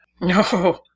No